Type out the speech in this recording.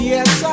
Yes